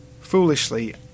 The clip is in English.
Foolishly